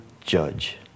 judge